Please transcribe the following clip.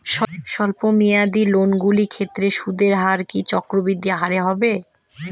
স্বল্প মেয়াদী লোনগুলির ক্ষেত্রে সুদের হার কি চক্রবৃদ্ধি হারে হবে?